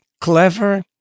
clever